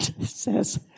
says